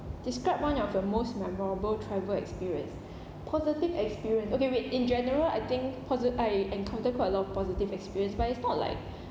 describe one of your most memorable travel experience positive experience okay wait in general I think posi~ I encounter quite a lot of positive experience but it's not like